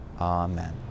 Amen